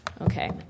Okay